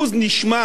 דהיינו,